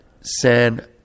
San